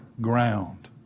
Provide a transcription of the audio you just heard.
ground